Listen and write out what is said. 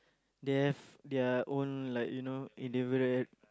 they have their own like you know individual